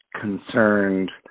concerned